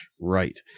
right